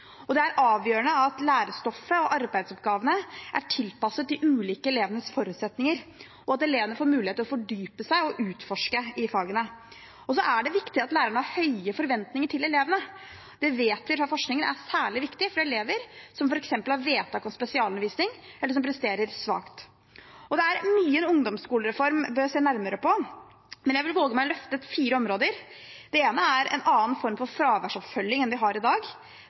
Det er avgjørende at lærestoffet og arbeidsoppgavene er tilpasset de ulike elevenes forutsetninger, og at elevene får mulighet til å fordype seg i og utforske fagene. Så er det viktig at lærerne har høye forventninger til elevene. Det vet vi fra forskning er særlig viktig for elever som f.eks. har vedtak om spesialundervisning, eller som presterer svakt. Det er mye en ungdomsskolereform bør se nærmere på, men jeg vil våge meg på å løfte fire områder. Det ene er en annen form for fraværsoppfølging enn vi har i dag.